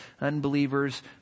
Unbelievers